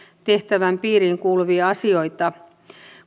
tehtävän piiriin kuuluvia asioita